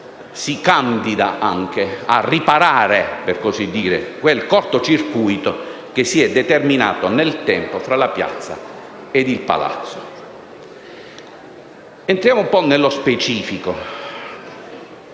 si candida anche a riparare quel corto circuito che si è determinato nel tempo tra la piazza e il palazzo. Entriamo ora nello specifico.